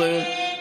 16,